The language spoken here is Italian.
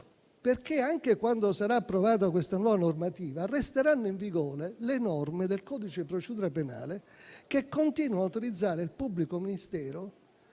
anche quando sarà approvata questa nuova normativa resteranno in vigore le norme del codice di procedura penale che continuano ad autorizzare il pubblico ministero